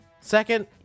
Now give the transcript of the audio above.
Second